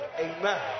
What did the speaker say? amen